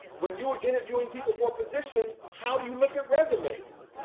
when you are interviewing people for positions, how do you look at resumes?